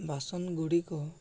ବାସନ ଗୁଡ଼ିକୁ